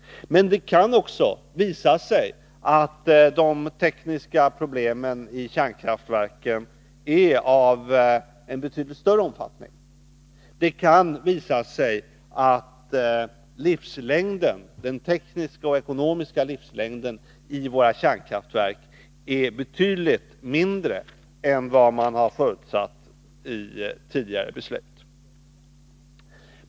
Men det kan också visa sig att de tekniska problemen i kärnkraftverken är av betydligt större omfattning. Det kan visa sig att den tekniska och ekonomiska livslängden för våra kärnkraftverk är betydligt kortare än vad man vid tidigare beslut har förutsatt.